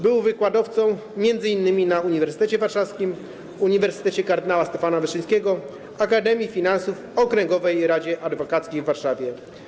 Był wykładowcą m.in. na Uniwersytecie Warszawskim, Uniwersytecie Kardynała Stefana Wyszyńskiego, Akademii Finansów, w Okręgowej Radzie Adwokackiej w Warszawie.